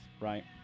right